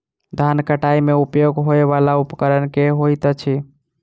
धान कटाई मे उपयोग होयवला उपकरण केँ होइत अछि?